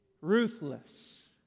ruthless